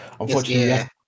unfortunately